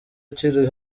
ukiri